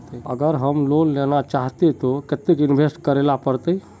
अगर हम लोन लेना चाहते तो केते इंवेस्ट करेला पड़ते?